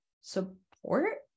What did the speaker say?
support